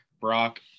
Brock